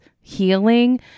healing